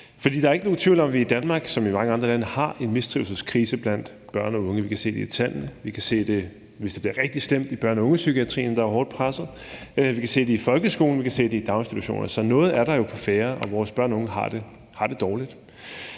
der er ikke nogen tvivl om, at vi i Danmark som i mange andre lande har en mistrivselskrise blandt børn og unge. Vi kan se det i tallene, vi kan se det, hvis det bliver rigtig slemt, i børn- og ungepsykiatrien, der er hårdt presset. Vi kan se det i folkeskolen, vi kan se det i daginstitutioner. Så noget er der jo på færde, og vores børn og unge har det dårligt.